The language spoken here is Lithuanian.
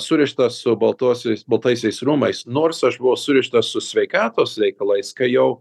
surišta su baltosiais baltaisiais rūmais nors aš buvau surištas su sveikatos reikalais ką jau